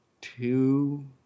two